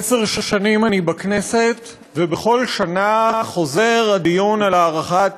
עשר שנים אני בכנסת, ובכל שנה חוזר הדיון בהארכת